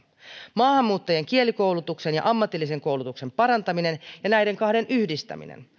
maahanmuuttajien kielikoulutuksen ja ammatillisen koulutuksen parantaminen ja näiden kahden yhdistäminen